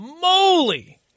moly